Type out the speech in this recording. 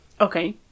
Okay